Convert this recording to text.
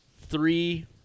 three